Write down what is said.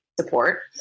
support